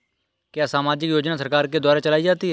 क्या सामाजिक योजना सरकार के द्वारा चलाई जाती है?